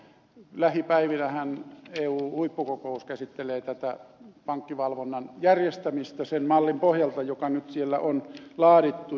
lähipäivinähän eun huippukokous käsittelee tätä pankkivalvonnan järjestämistä sen mallin pohjalta joka nyt siellä on laadittu